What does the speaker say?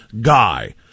guy